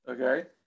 Okay